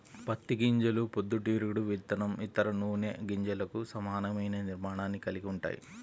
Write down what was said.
పత్తి గింజలు పొద్దుతిరుగుడు విత్తనం, ఇతర నూనె గింజలకు సమానమైన నిర్మాణాన్ని కలిగి ఉంటాయి